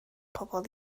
pobl